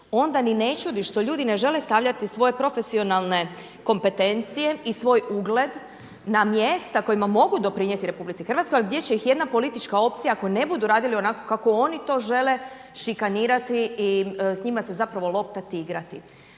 onda ni ne čudi što ljudi ne žele stavljati svoje profesionalne kompetencije i svoj ugled, na mjesta koji mogu doprinijeti RH, ali gdje će ih jedna politička opcija, ako ne budu radili onako kako oni to žele, šikanirati i s njima se zapravo loptati i igrati.